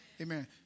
Amen